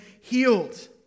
healed